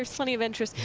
plenty of interest.